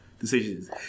decisions